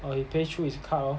or you pay through his car lor